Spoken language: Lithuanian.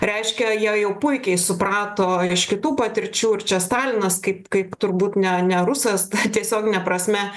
reiškia jie jau puikiai suprato iš kitų patirčių kur čia stalinas kaip kaip turbūt ne ne rusas tiesiogine prasme